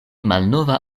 malnova